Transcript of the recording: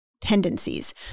tendencies